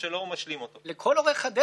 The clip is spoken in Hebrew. מבורך,